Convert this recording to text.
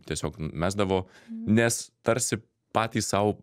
tiesiog mesdavo nes tarsi patys sau